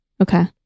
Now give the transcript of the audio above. Okay